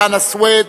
חנא סוייד,